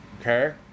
Okay